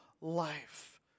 life